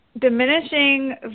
Diminishing